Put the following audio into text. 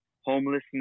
homelessness